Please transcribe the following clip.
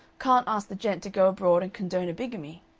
can't ask the gent to go abroad and condone a bigamy.